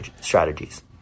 strategies